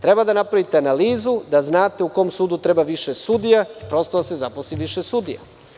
Treba da napravite analizu, da znate u kom sudu treba više sudija, prosto da se zaposli višesudija.